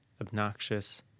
obnoxious